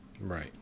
Right